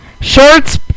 shorts